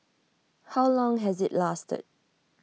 how long has IT lasted